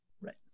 Right